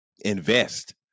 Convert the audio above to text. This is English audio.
Invest